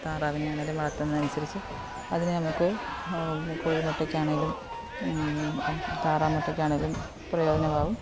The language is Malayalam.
താറാവിനെ ആണെങ്കിലും വളർത്തുന്നതനുസരിച്ച് അതിനെ നമുക്ക് കോഴിമുട്ടയ്ക്ക് ആണെങ്കിലും താറാ മുട്ടയ്ക്ക് ആണെങ്കിലും പ്രയോജനം ആവും